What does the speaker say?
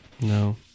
no